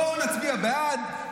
בואו נצביע בעד,